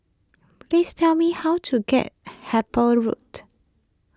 please tell me how to get Harper Road